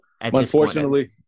unfortunately